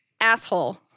asshole